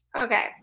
Okay